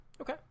Okay